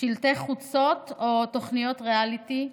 שלטי חוצות או תוכניות ריאליטי.